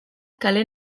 kale